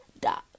dot